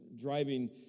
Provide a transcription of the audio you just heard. driving